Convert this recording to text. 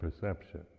perception